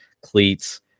cleats